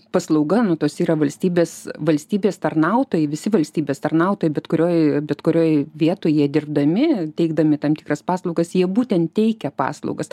paslauga nu tos yra valstybės valstybės tarnautojai visi valstybės tarnautojai bet kurioj bet kurioj vietoj jie dirbdami teikdami tam tikras paslaugas jie būtent teikia paslaugas